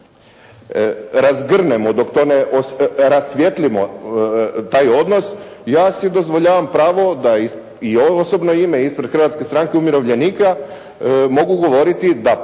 razgrnemo, dok to ne rasvijetlimo taj odnos ja si dozvoljavam pravo da i u osobno ime ispred Hrvatske stranke umirovljenika mogu govoriti da postoji